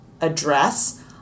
address